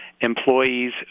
Employees